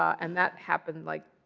and that happened, like,